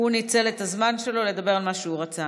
הוא ניצל את הזמן שלו לדבר על מה שהוא רצה.